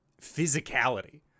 physicality